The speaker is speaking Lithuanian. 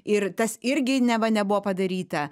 ir tas irgi neva nebuvo padaryta